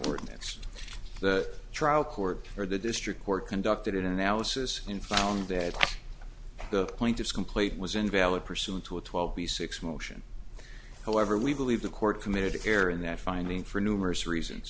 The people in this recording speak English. ordinance the trial court or the district court conducted an analysis in found that the point is complete was invalid pursuant to a twelve b six motion however we believe the court committed to error in that finding for numerous reasons